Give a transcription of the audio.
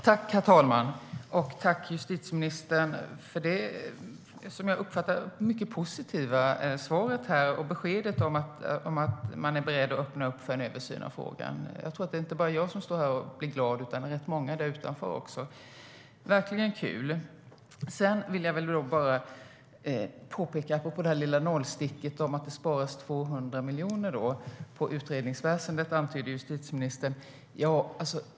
Herr talman! Tack, justitieministern, för det - som jag uppfattade det - mycket positiva svaret och beskedet att man är beredd att öppna upp för en översyn av frågan! Det är nog inte bara jag som blir glad utan rätt många här utanför också. Det var verkligen kul. Jag vill bara påpeka en sak apropå det lilla nålsticket om att det sparas 200 miljoner på utredningsväsendet, som justitieministern antydde.